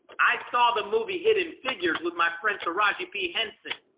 i saw the movie hidden figures with my friend taraji p. henson.